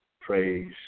praise